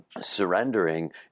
surrendering